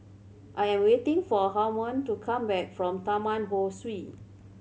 I am waiting for Harmon to come back from Taman Ho Swee